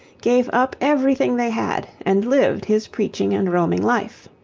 gave up everything they had, and lived his preaching and roaming life.